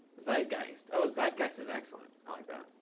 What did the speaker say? zeitgeist. oh, zeitgeist is excellent. i like that.